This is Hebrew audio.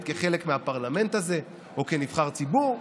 כחלק מהפרלמנט הזה או כנבחר ציבור,